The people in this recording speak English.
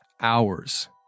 hours